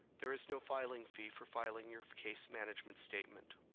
there is no filing fee for filing your case management statement.